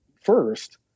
first